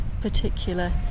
particular